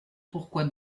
pourquoi